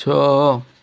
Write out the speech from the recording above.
ଛଅ